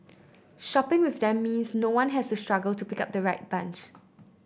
shopping with them means no one has to struggle to pick the right bunch